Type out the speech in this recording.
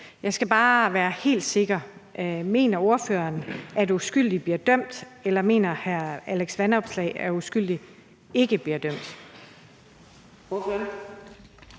Jeg skal bare være helt sikker: Mener ordføreren, at uskyldige bliver dømt, eller mener hr. Alex Vanopslagh, at uskyldige ikke bliver dømt?